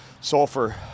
sulfur